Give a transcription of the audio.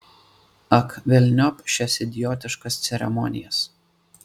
ak velniop šias idiotiškas ceremonijas